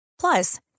Plus